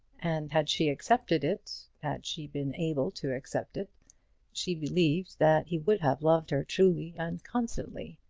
and had she accepted it had she been able to accept it she believed that he would have loved her truly and constantly.